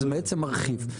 זה בעצם מרחיב.